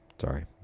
sorry